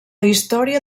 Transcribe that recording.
història